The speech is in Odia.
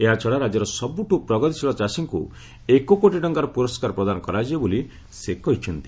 ଏହାଛଡା ରାଜ୍ୟର ସବୁଠୁ ପ୍ରଗତିଶୀଳ ଚାଷୀଙ୍କୁ ଏକ କୋଟି ଟଙ୍କାର ପୁରସ୍କାର ପ୍ରଦାନ କରାଯିବ ବୋଲି ସେ କହିଛନ୍ତି